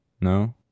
No